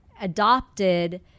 adopted